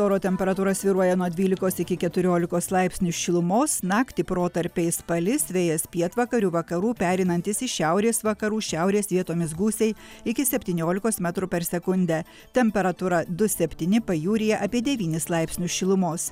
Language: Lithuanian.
oro temperatūra svyruoja nuo dvylikos iki keturiolikos laipsnių šilumos naktį protarpiais palis vėjas pietvakarių vakarų pereinantis į šiaurės vakarų šiaurės vietomis gūsiai iki septyniolikos metrų per sekundę temperatūra du septyni pajūryje apie devynis laipsnių šilumos